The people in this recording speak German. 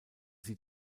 sie